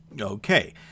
Okay